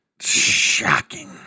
Shocking